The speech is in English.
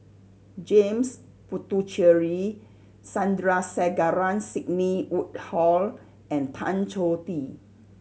James Puthucheary Sandrasegaran Sidney Woodhull and Tan Choh Tee